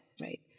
right